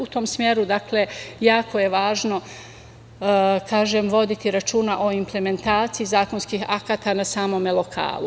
U tom smeru jako je važno voditi računa o implementaciji zakonskih akata na samom lokalu.